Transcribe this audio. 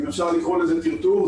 אם אפשר לקרוא לזה טרטור.